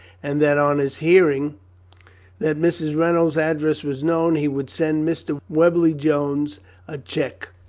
and that on his hearing that mrs. reynolds' address was known he would send mr. wembly-jones a cheque.